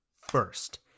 first